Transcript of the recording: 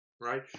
right